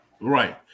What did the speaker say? Right